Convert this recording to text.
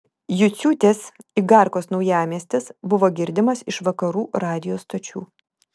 juciūtės igarkos naujamiestis buvo girdimas iš vakarų radijo stočių